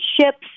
ships